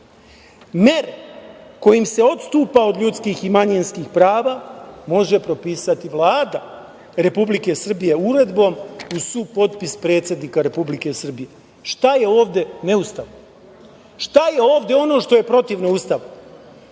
mere kojim se odstupa od ljudskih i manjinskih prava može propisati Vlada Republike Srbije uredbom u supotpis predsednika Republike Srbije.“Šta je ovde neustavno? Šta je ovde ono što je protivno Ustavu?